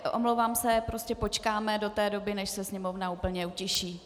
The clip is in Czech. Omlouvám se, prostě počkáme do té doby, než se sněmovna úplně utiší.